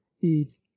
eat